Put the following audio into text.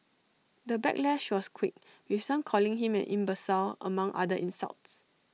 the backlash was quick with some calling him an imbecile among other insults